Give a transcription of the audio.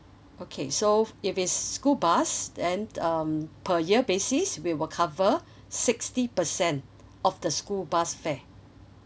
okay so if it's school bus then um per year basis we will cover sixty percent of the school bus fare